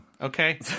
Okay